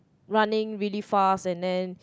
running really fast and then